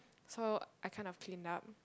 so I kind of cleaned up